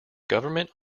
government